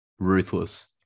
Ruthless